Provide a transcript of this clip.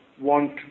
want